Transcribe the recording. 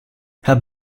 herr